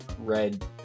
red